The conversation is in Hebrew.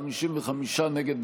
55 נגד,